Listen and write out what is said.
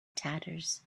tatters